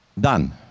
done